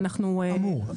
אמור.